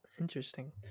interesting